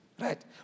right